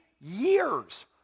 years